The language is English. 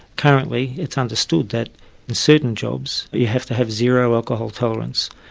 currently it's understood that in certain jobs, you have to have zero alcohol tolerance.